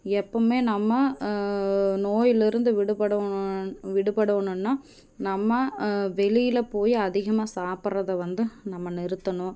எப்புவுமே நம்ம நோயில் இருந்து விடுப்படணு விடுபடணுன்னா நம்ம வெளியில் போய் அதிகமாக சாப்பிட்றத வந்து நம்ம நிறுத்தணும்